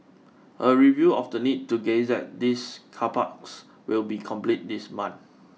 a review of the need to gazette these car parks will be completed this month